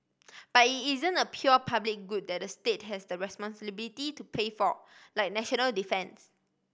but it isn't a pure public good that the state has the to pay for like national defence